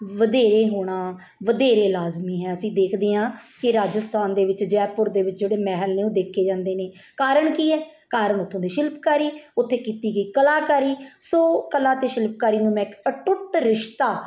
ਵਧੇਰੇ ਹੋਣਾ ਵਧੇਰੇ ਲਾਜ਼ਮੀ ਹੈ ਅਸੀਂ ਦੇਖਦੇ ਹਾਂ ਕਿ ਰਾਜਸਥਾਨ ਦੇ ਵਿੱਚ ਜੈਪੁਰ ਦੇ ਵਿੱਚ ਜਿਹੜੇ ਮਹਿਲ ਨੇ ਉਹ ਦੇਖੇ ਜਾਂਦੇ ਨੇ ਕਾਰਨ ਕੀ ਹੈ ਕਾਰਨ ਉੱਥੋਂ ਦੀ ਸ਼ਿਲਪਕਾਰੀ ਉੱਥੇ ਕੀਤੀ ਗਈ ਕਲਾਕਾਰੀ ਸੋ ਕਲਾ ਅਤੇ ਸ਼ਿਲਪਕਾਰੀ ਨੂੰ ਮੈਂ ਇੱਕ ਅਟੁੱਟ ਰਿਸ਼ਤਾ